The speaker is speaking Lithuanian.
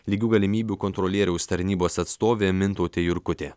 lygių galimybių kontrolieriaus tarnybos atstovė mintautė jurkutė